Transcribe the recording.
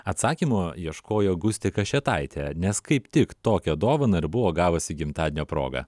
atsakymo ieškojo gustė kašėtaitė nes kaip tik tokią dovaną ir buvo gavusi gimtadienio proga